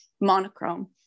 monochrome